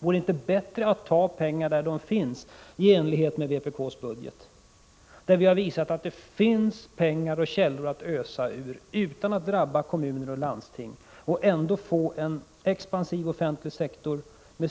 Vore det inte bättre att i stället ta pengar där de finns, i enlighet med vpk:s budget? Vi har visat att det finns källor att ösa ur utan att det drabbar kommuner och landsting och man ändå får en expansiv offentlig sektor med